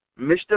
Mr